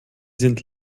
sind